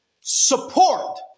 support